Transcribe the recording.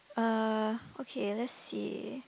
uh okay let's see